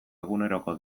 eguneroko